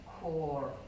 core